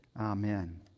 Amen